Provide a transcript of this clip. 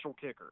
kicker